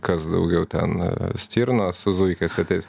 kas daugiau ten stirna su zuikiais ateis